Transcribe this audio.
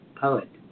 poet